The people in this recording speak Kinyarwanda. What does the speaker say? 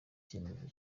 cyemezo